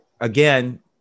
again